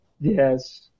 Yes